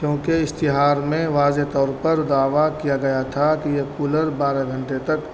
کیونکہ اشتہار میں واضح طور پر دعوہ کیا گیا تھا کہ یہ کولر بارہ گھنٹے تک